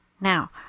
Now